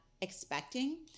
expecting